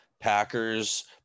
packers